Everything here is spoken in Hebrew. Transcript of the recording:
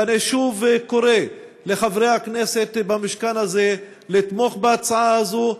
ואני שוב קורא לחברי הכנסת במשכן הזה לתמוך בהצעה הזאת,